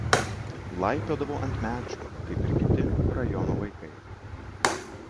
laipiodavau ant medžių kaip ir kiti rajono vaikai